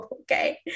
Okay